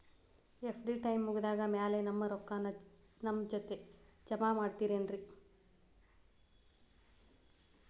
FD time ಮುಗಿದಾದ್ ಮ್ಯಾಲೆ ನಮ್ ರೊಕ್ಕಾನ ನಮ್ ಖಾತೆಗೆ ಜಮಾ ಮಾಡ್ತೇರೆನ್ರಿ?